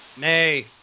Nay